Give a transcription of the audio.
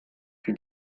die